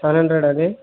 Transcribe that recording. five hundred అది